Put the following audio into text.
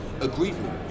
agreement